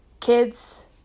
kids